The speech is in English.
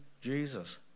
Jesus